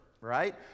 right